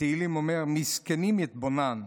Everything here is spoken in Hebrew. בתהילים אומר: "מזקנים אתבונן".